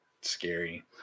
scary